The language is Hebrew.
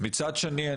מצד שני,